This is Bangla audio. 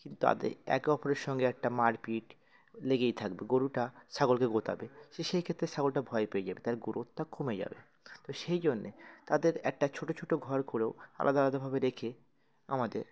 কিন্তু তাদের একে অপরের সঙ্গে একটা মারপিট লেগেই থাকবে গরুটা ছগলকে গোতাবে সে সেই ক্ষেত্রে ছগলটা ভয় পেয়ে যাবে তার গ্রোথটা কমে যাবে তো সেই জন্যে তাদের একটা ছোটো ছোটো ঘর করেও আলাদা আলাদাভাবে রেখে আমাদের